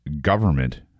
government